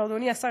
אדוני השר,